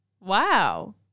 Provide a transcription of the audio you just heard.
Wow